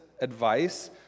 advice